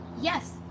Yes